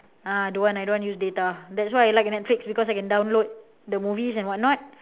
ah don't want I don't want use data that's why I like netflix because I can download the movies and what not